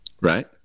right